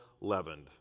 leavened